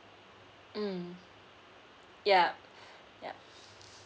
mm yup yup